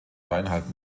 dreieinhalb